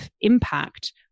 impact